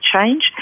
change